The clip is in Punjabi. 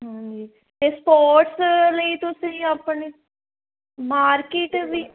ਹਾਂਜੀ ਅਤੇ ਸਪੋਰਟਸ ਲਈ ਤੁਸੀਂ ਆਪਣੇ ਮਾਰਕੀਟ ਵੀ